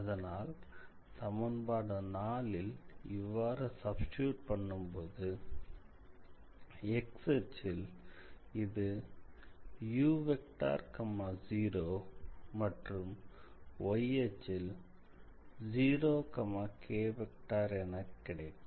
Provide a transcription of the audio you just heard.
அதனால் சமன்பாடு 4ல் இவ்வாறு சப்ஸ்டிடியூட் பண்ணும்போது x அச்சில் இது மற்றும் y அச்சில் 0 என கிடைக்கும்